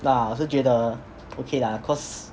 okay lah 我是觉得 okay lah cause